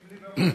אם ליברמן יסכים.